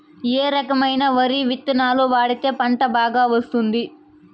ఏ రకమైన వరి విత్తనాలు వాడితే పంట బాగా వస్తుంది?